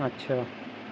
اچھا